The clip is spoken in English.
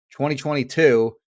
2022